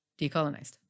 decolonized